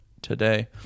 today